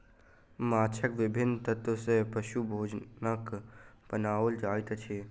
माँछक विभिन्न तत्व सॅ पशु भोजनक बनाओल जाइत अछि